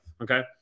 okay